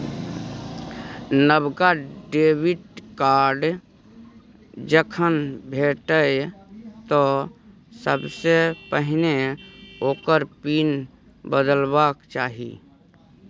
नबका debit card जखन भेटय तँ सबसे पहिने ओकर पिन बदलबाक चाही